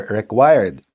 required